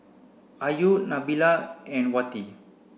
Ayu Nabila and Wati